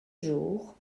jour